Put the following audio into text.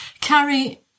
Carrie